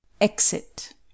exit